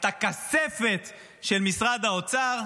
את הכספת של משרד האוצר,